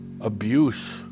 abuse